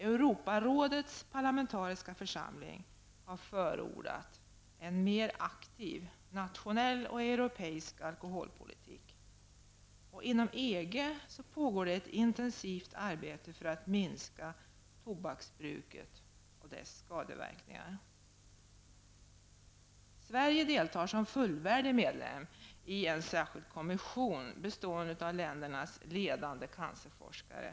Europarådets parlamentariska församling har förordat en mer aktiv nationell och europeisk alkoholpolitik. Inom EG pågår det ett intensivt arbete för att minska tobaksbruket och dess skadeverkningar. Sverige deltar som fullvärdig medlem i en särskild kommission bestående av ländernas ledande cancerforskare.